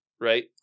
right